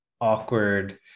awkward